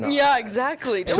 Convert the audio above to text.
yeah, exactly.